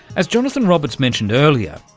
as jonathan roberts mentioned earlier,